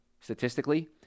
statistically